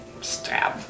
Stab